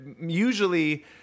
usually